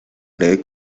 breve